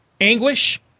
anguish